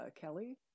kelly